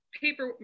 paper